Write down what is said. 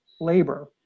labor